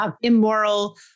immoral